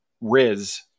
Riz